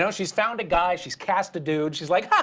so she's found a guy, she's cast a dude. she's like, ha,